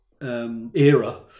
era